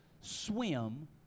swim